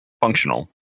functional